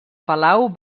palau